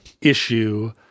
issue